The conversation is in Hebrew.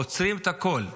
עוצרים את הכול.